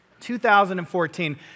2014